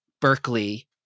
Berkeley